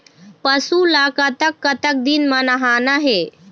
पशु ला कतक कतक दिन म नहाना हे?